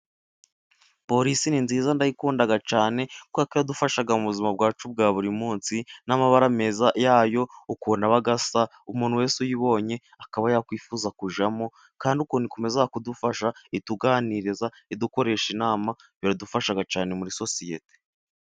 Polisi ni nziza ndayikunda cyane, kuko iradufasha mu buzima bwacu bwa buri munsi, n'amabara meza yayo, ukuntu abasa, umuntu wese uyibonye akaba yakwifuza kujyamo, kandi ukuntu ikomeza kudufasha ituganiriza idukoresha inama biradufasha cyane muri sosiyete.